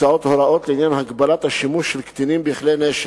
בהצעת החוק מוצעות הוראות לעניין הגבלת השימוש של קטינים בכלי נשק.